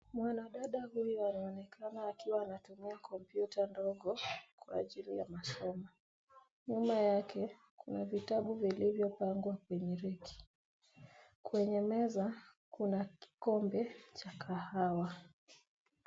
Mwanadada huyu anaonekana akiwa anatumia kompyuta ndogo kwa ajili ya masomo. Nyuma yake, kuna vitabu vilivyopangwa kwenye reki. Kwenye meza kuna kikombe cha kahawa.